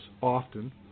often